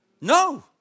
no